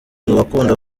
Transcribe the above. bakunda